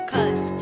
Cause